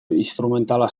instrumentala